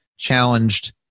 challenged